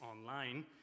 online